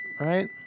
right